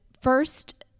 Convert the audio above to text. first